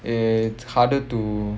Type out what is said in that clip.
it's harder to